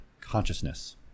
consciousness